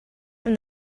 from